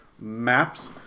Maps